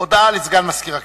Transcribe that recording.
הודעה לסגן מזכיר הכנסת.